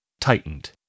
tightened